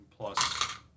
plus